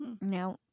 Now